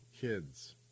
kids